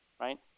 Right